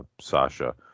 Sasha